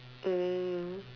mm